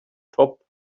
top